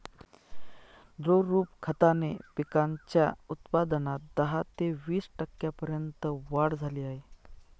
द्रवरूप खताने पिकांच्या उत्पादनात दहा ते वीस टक्क्यांपर्यंत वाढ झाली आहे